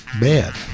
bad